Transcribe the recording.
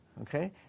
Okay